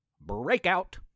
Breakout